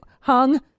Hung